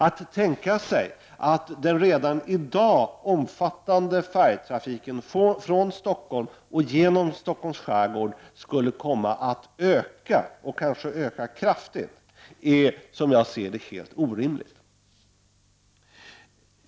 Att tänka sig att den redan i dag omfattande färjetrafiken från Stockholm och genom Stockholms skärgård skulle komma att öka och kanske öka kraftigt är, som jag ser det, helt orimligt.